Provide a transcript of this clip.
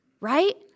right